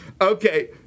Okay